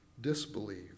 disbelieve